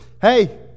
hey